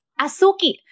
Asuki